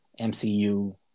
MCU